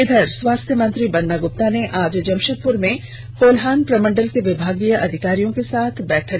इधर स्वास्थ्य मंत्री बन्ना ग्रप्ता ने आज जमशेदपुर में कोल्हान प्रमंडल के विभागीय अधिकारियों के साथ बैठक की